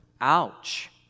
ouch